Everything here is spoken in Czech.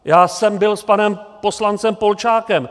Já jsem byl s panem poslancem Polčákem.